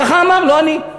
ככה אמר, לא אני.